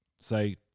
say